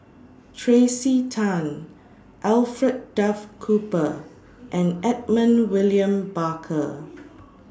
Tracey Tan Alfred Duff Cooper and Edmund William Barker